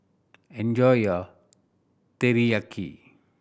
enjoy your Teriyaki